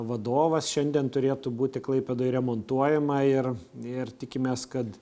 vadovas šiandien turėtų būti klaipėdoje remontuojama ir ir tikimės kad